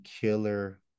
killer